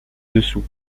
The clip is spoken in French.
dessous